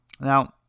Now